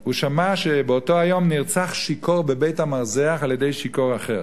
הוא שמע שבאותו היום נרצח שיכור בבית-המרזח על-ידי שיכור אחר.